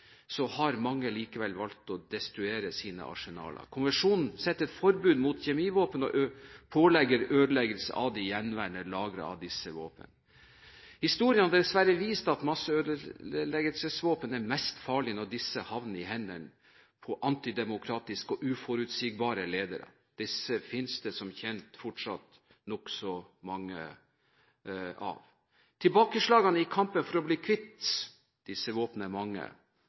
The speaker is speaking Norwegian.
har mange likevel valgt å destruere sine arsenaler. Konvensjonen setter et forbud mot kjemivåpen og pålegger ødeleggelse av de gjenværende lagrene av disse våpnene. Historien har dessverre vist at masseødeleggelsesvåpen er mest farlig når de havner i hendene på antidemokratiske og uforutsigbare ledere. Disse finnes det som kjent fortsatt nokså mange av. Tilbakeslagene i kampen for å bli kvitt disse våpnene er mange.